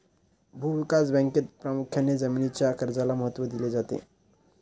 भूविकास बँकेत प्रामुख्याने जमीनीच्या कर्जाला महत्त्व दिले जाते